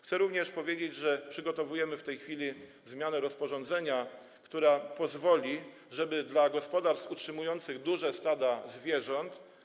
Chcę również powiedzieć, że przygotowujemy w tej chwili zmianę rozporządzenia, która pozwoli gospodarstwom utrzymującym duże stada zwierząt.